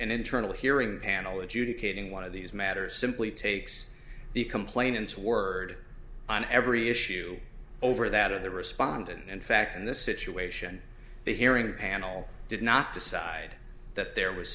an internal hearing panel adjudicating one of these matters simply takes the complainants word on every issue over that of the respondent in fact in this situation the hearing panel did not decide that there was